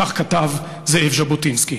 כך כתב זאב ז'בוטינסקי.